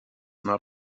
not